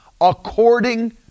according